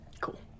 Cool